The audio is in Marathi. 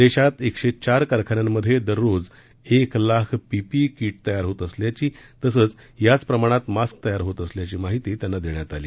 देशात एकशे चार कारखान्यांमध्ये दररोज एक लाख पीपीई किट तयार होत असल्याची तसचं याच प्रमाणात मास्क तयार होत असल्याची माहिती त्यांना देण्यात आली